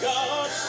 God